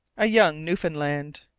a young newfoundland.